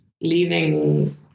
leaving